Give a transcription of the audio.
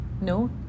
No